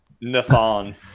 nathan